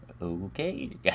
Okay